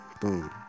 Boom